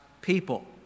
people